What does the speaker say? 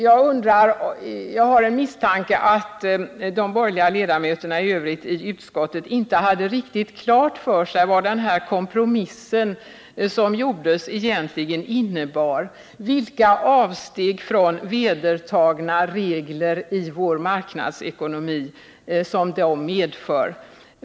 Jag har en misstanke om att de övriga borgerliga ledamöterna i utskottet inte hade riktigt klart för sig vad den kompromiss som gjordes egentligen innebar, vilka avsteg från vedertagna regler i vår marknadsekonomi som den medför.